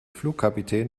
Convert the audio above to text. flugkapitän